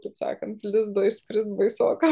taip sakant lizdo išskris baisoka